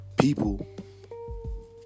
people